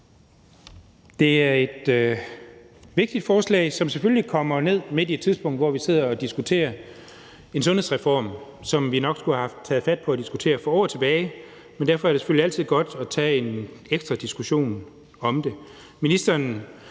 Det er et vigtigt forslag, som selvfølgelig kommer midt i et tidspunkt, hvor vi sidder og diskuterer en sundhedsreform, som vi nok skulle have haft taget fat på at diskutere for år tilbage. Derfor er det selvfølgelig altid godt at tage en ekstra diskussion om det.